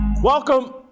Welcome